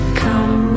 come